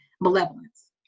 malevolence